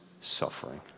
suffering